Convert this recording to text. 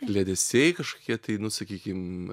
kliedesiai kažkokie tai nu sakykim